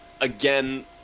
again